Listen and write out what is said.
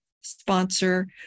sponsor